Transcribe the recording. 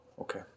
okay